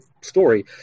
story